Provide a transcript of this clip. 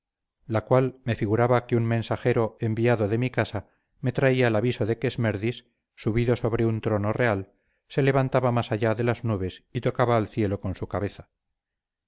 la cual me figuraba que un mensajero enviado de mi casa me traía el aviso de que esmerdis subido sobre un trono real se levantaba más allá de las nubes y tocaba al cielo con su cabeza